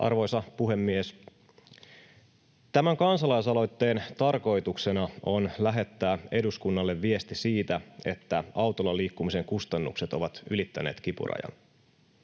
Arvoisa puhemies! ”Tämän kansalaisaloitteen tarkoituksena on lähettää eduskunnalle viesti siitä, että autolla liikkumisen kustannukset ovat ylittäneet kipurajan.”